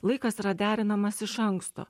laikas yra derinamas iš anksto